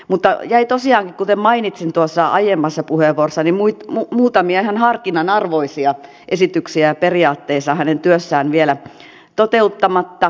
mutta jäi tosiaan kuten mainitsin tuossa aiemmassa puheenvuorossa muutamia ihan harkinnan arvoisia esityksiä ja periaatteita hänen työssään vielä toteuttamatta